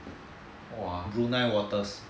!wah! brunei waters